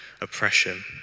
oppression